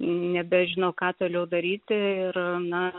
nebežino ką toliau daryti ir